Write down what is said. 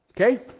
okay